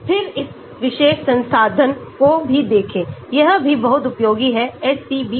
फिर इस विशेष संसाधन को भी देखें यह भी बहुत उपयोगी है SCBDD